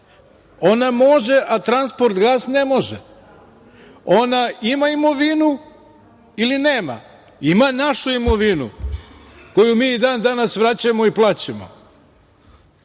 ona može a „Transportgas“ ne može, ona ima imovinu ili nema. Ima našu imovinu koji mi i dan danas vraćamo i plaćamo.